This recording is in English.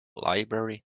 library